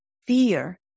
Fear